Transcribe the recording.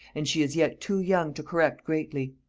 and she is yet too young to correct greatly.